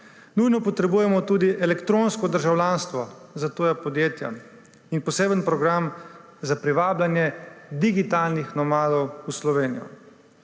Nujno potrebujemo tudi elektronsko državljanstvo za tuja podjetja in poseben program za privabljanje digitalnih nomadov v Slovenijo.